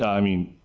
i mean,